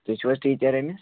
تُہۍ چھُو حظ ٹیٖچر أمِس